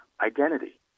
Identity